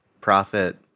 profit